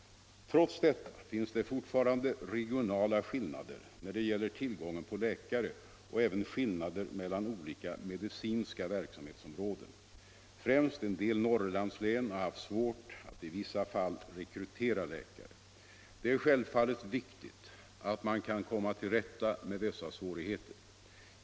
Trots detta finns det fortfarande regionala skillnader när det gäller tillgången på läkare och även skillnader mellan olika medicinska verksamhetsområden. Främst en del Norrlandslän har haft svårt att i vissa fall rekrytera läkare. Det är självfallet viktigt att man kan komma till rätta med dessa svårigheter.